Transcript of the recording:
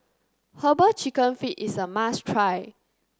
herbal chicken feet is a must try